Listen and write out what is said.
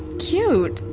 cute.